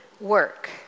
work